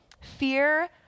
Fear